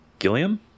Gilliam